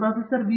professor V